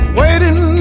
waiting